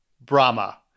Brahma